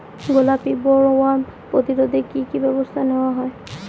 গোলাপী বোলওয়ার্ম প্রতিরোধে কী কী ব্যবস্থা নেওয়া হয়?